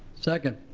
second.